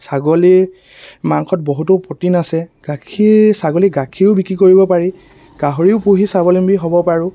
ছাগলীৰ মাংসত বহুতো প্ৰ'টিন আছে গাখীৰ ছাগলী গাখীৰো বিক্ৰী কৰিব পাৰি গাাহৰিও পুহি স্বাৱলম্বী হ'ব পাৰোঁ